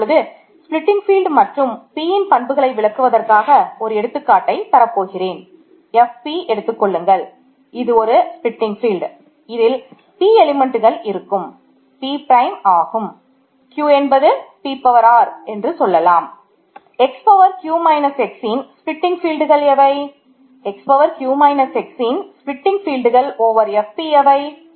நான் இப்பொழுது splitting Fp எவை